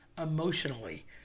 emotionally